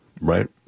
right